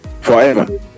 forever